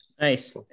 Nice